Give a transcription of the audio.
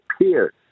appear